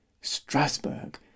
Strasbourg